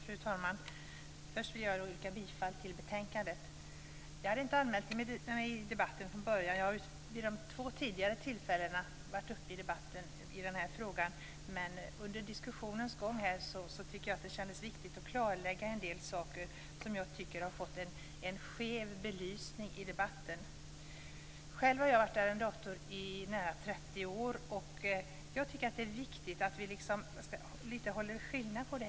Fru talman! Först vill jag yrka bifall till hemställan i betänkandet. Jag hade inte från början anmält mig till debatten. Jag har vid två tidigare tillfällen då frågan debatterats varit med. Men under diskussionens gång har jag känt att det är viktigt att få klarlägga en del saker som jag tycker har blivit felaktigt belysta. Jag har varit arrendator i nära 30 år och tycker att det är viktigt att framhålla följande.